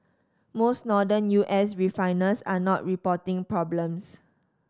most Northern U S refiners are not reporting problems